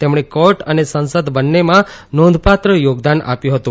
તેમણે કોર્ટ અને સંસદ બંનેમાં નોંધપાત્ર થોગદાન આપ્યું હતું